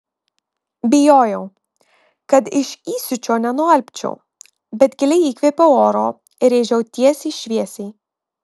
bijojau kad iš įsiūčio nenualpčiau bet giliai įkvėpiau oro ir rėžiau tiesiai šviesiai